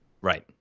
Right